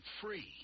free